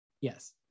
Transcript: Yes